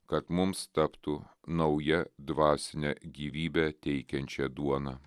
kad mums taptų nauja dvasinę gyvybę teikiančia duona